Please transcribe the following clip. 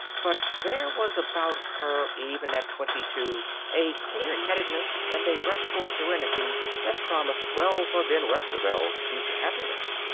but there was about her, even at twenty-two, a clear-headedness and a restful serenity that promised well for ben westerveld's future happiness.